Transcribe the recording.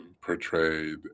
portrayed